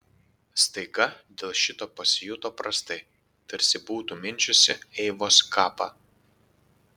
staiga dėl šito pasijuto prastai tarsi būtų mindžiusi eivos kapą